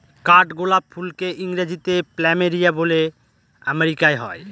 কাঠগোলাপ ফুলকে ইংরেজিতে প্ল্যামেরিয়া বলে আমেরিকায় হয়